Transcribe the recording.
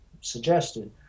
suggested